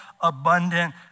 abundant